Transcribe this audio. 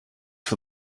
for